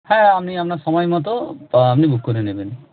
হ্যাঁ আপনি আপনার সময় মতো আপনি বুক করে নেবেন